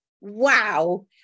wow